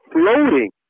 floating